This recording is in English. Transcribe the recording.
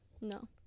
No